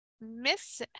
Miss